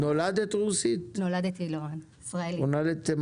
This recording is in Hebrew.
נולדתי ישראלית.